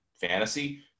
fantasy